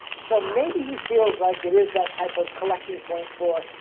so maybe he feels like it is that type of collecting point for